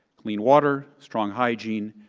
clean water, strong hygiene,